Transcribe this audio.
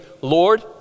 Lord